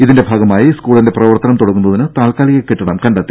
ഇതിന്റെ ഭാഗമായി സ്കൂളിന്റെ പ്രവർത്തനം തുടങ്ങുന്നതിന് താൽക്കാലിക കെട്ടിടം കണ്ടെത്തി